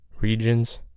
regions